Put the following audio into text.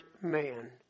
man